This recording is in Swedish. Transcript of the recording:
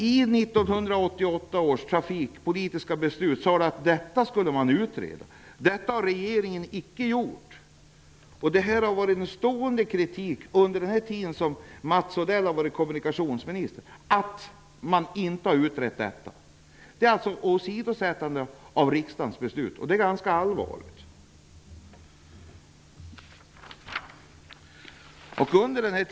I 1988 års trafikpolitiska beslut sades att detta skulle utredas. Det har regeringen inte gjort. Det har varit en stående kritik under den tid som Mats Odell har varit kommunikationsminister att det inte har utretts. Det är ett åsidosättande av riksdagens beslut. Det är ganska allvarligt.